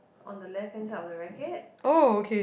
on the left hand side of the racket